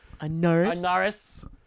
Anaris